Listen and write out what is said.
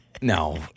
No